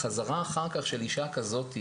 החזרה של אישה כזאת אחר כך,